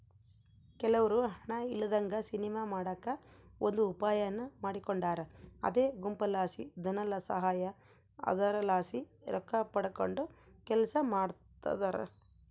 ಕೆಲವ್ರು ಹಣ ಇಲ್ಲದಂಗ ಸಿನಿಮಾ ಮಾಡಕ ಒಂದು ಉಪಾಯಾನ ಮಾಡಿಕೊಂಡಾರ ಅದೇ ಗುಂಪುಲಾಸಿ ಧನಸಹಾಯ, ಅದರಲಾಸಿ ರೊಕ್ಕಪಡಕಂಡು ಕೆಲಸ ಮಾಡ್ತದರ